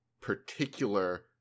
particular